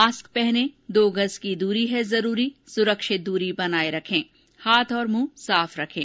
mask पहनें दो गज़ की दूरी है जरूरी सुरक्षित दूरी बनाए रखें हाथ और मुंह साफ रखें